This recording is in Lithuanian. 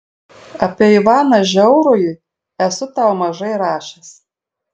apie ivaną žiaurųjį esu tau mažai rašęs